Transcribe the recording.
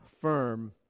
firm